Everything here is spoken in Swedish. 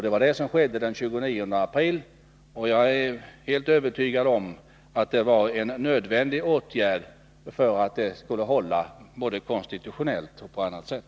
Det var det som skedde den 29 april, och jag är helt övertygad om att det var en nödvändig åtgärd för att arbetet skall vara hållbart — både konstitutionellt och på annat sätt.